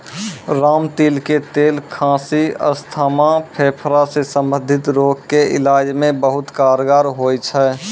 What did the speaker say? रामतिल के तेल खांसी, अस्थमा, फेफड़ा सॅ संबंधित रोग के इलाज मॅ बहुत कारगर होय छै